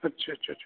ਅੱਛਾ ਅੱਛਾ ਅੱਛਾ